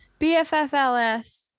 Bffls